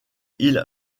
ils